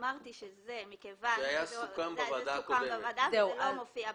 אמרתי שזה סוכם בוועדה וזה לא מופיע בנוסח.